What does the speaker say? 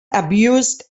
abused